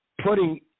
putting